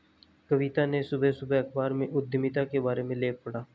कविता ने सुबह सुबह अखबार में उधमिता के बारे में लेख पढ़ा